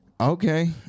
Okay